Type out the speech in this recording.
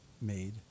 made